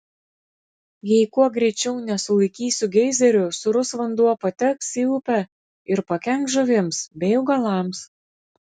jei kuo greičiau nesulaikysiu geizerių sūrus vanduo pateks į upę ir pakenks žuvims bei augalams